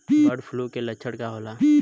Bird flu के लक्षण का होला?